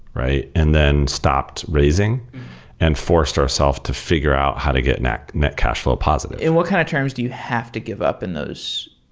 and then stopped raising and forced our self to figure out how to get net net cash flow positive. and what kind of terms do you have to give up in those?